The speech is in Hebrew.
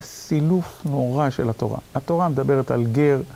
סילוף נורא של התורה. התורה מדברת על גר.